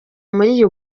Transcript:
muri